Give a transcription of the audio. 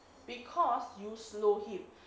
because you slow him